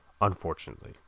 Unfortunately